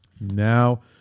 Now